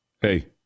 hey